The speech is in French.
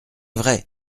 vrai